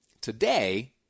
Today